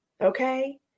okay